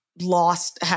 lost